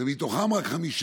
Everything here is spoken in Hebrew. אדוני